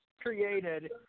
created